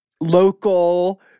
Local